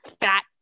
fat